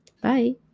Bye